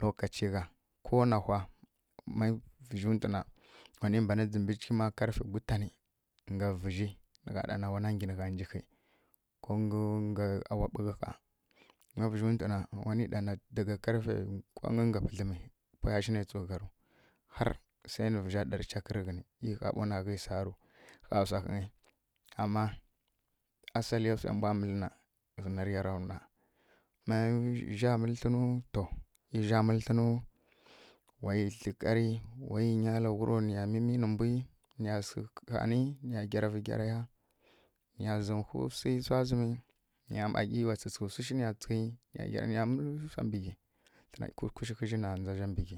lokaci gha ko nawha ma vǝzjuwtǝ na wani mbani dzimblu chǝghǝma karfe gutani nga vizji nǝgha zǝma ɗana wana ngyi nǝgha njihi ko nga awa ɓughǝ ɦaa ma vǝzjuntǝna wani ɗana daga karfe nkwangy nga vǝlǝi pwayashǝ na tsugharu har se hǝ vǝzja ɗarǝ chak rǝ ghǝnu e ɦaa ɓo na ghi saaru ɦaa wsa ɦǝngyi ama asaliya wse mbwa mǝlǝ na ghǝzi nariya ra ˈnwa ma zja mǝlǝ tlǝnu to e zja mǝlǝ tlǝnu wayi tle ƙari wayi zaga wuro niya miynǝ mbwi niya sǝghǝ ɦaani niya gyaravǝ gyaraya niya zǝwhu wsa zǝmi niya ma e wa tsǝtsǝghe wsu shi niya tsǝtsǝghi niya ma mǝlǝ wsa mbi ghi tlǝna kushkush ɦǝzji na ndzazja mbǝ ghi.